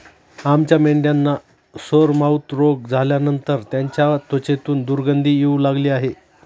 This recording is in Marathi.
आमच्या मेंढ्यांना सोरमाउथ रोग झाल्यानंतर त्यांच्या त्वचेतून दुर्गंधी येऊ लागली आहे